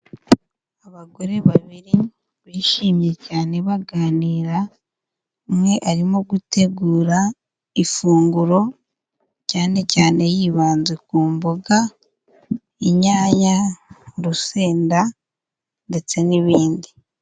Abagore babiri bishimye cyane baganira, umwe arimo gutegura ifunguro cyane cyane yibanze ku mboga, inyaya, urusenda ndetse n'ibindi.